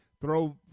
throw –